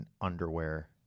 underwear